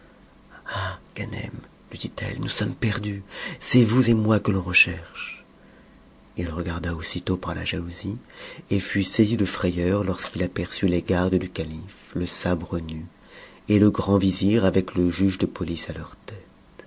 lui dit-elle nous sommes perdus c'est vous et moi que l'on recherche i regarda aussitôt par la jalousie et fut saisi de frayeur lorsqu'il aperçut les gardes du calife le sabre nu et le grand vizir avec le juge de police à